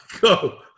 go